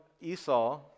Esau